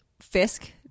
Fisk